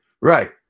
Right